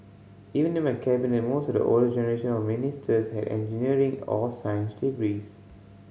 even in my Cabinet most of the older generation of ministers had engineering or science degrees